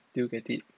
do you get it